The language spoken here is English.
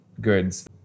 goods